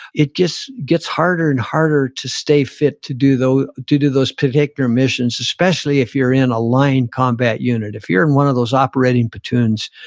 it just gets harder and harder to stay fit to do the due to those particular missions, especially if you're in a line combat unit. if you're in one of those operating platoons,